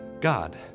God